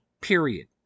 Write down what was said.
Period